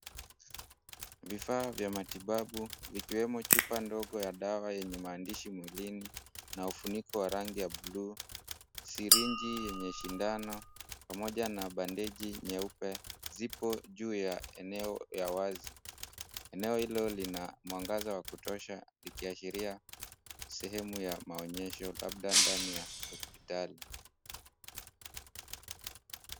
Vifaa vya matibabu, ikiwemo chupa ndogo ya dawa yenye maandishi mwilini na ufuniko wa rangi ya bluu. Sirinji yenye sindano, pamoja na bandeji nyeupe, zipo juu ya eneo ya wazi. Eneo hilo lina mwangaza wa kutosha, ikiashiria sehemu ya maonyesho labda ndani ya hospitali.